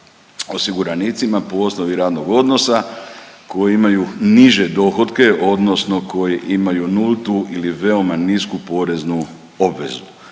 osiguranicima po osnovi radnog odnosa koji imaju niže dohotke odnosno koji imaju nultu ili veoma nisku poreznu obvezu.